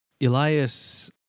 Elias